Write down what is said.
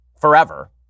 forever